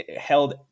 held